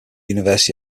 university